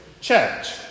Church